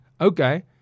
Okay